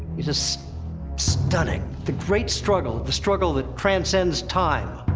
it is stunning. the great struggle, the struggle that transcends time,